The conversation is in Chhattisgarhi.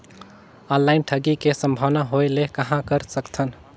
ऑनलाइन ठगी के संभावना होय ले कहां कर सकथन?